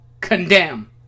condemn